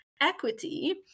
equity